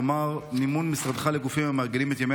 כלומר למימון ממשרדך לגופים המארגנים ימי